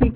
ठीक है